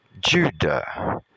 Judah